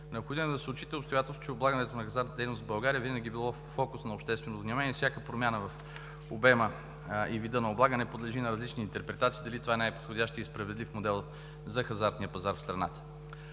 Необходимо е да се отчита обстоятелството, че облагането на хазартната дейност в България винаги е било фокус на обществено внимание и всяка промяна в обема и вида на облагане подлежи на различни интерпретации – дали това е най-подходящият и справедлив модел за хазартния пазар в страната.